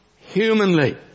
humanly